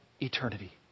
eternity